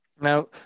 Now